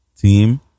team